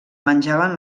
menjaven